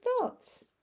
thoughts